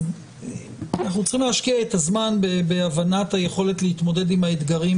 אנחנו צריכים להשקיע את הזמן בהבנת היכולת להתמודד עם האתגרים